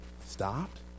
stopped